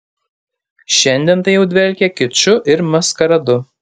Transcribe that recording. šiandien tai jau dvelkia kiču ir maskaradu